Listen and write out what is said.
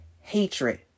hatred